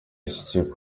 yashyize